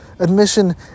admission